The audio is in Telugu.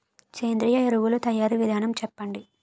సేంద్రీయ ఎరువుల తయారీ విధానం చెప్పండి?